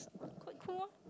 quite cool orh